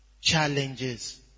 Challenges